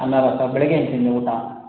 ಅನ್ನ ರಸ ಬೆಳಗ್ಗೆ ಏನು ತಿಂದೆ ಊಟ